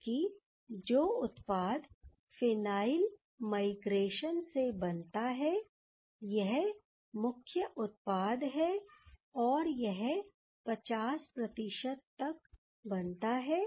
जबकि जो उत्पाद फिनाइल माइग्रेशन से बनता है यह मुख्य उत्पाद है और यह 50 तक बनता है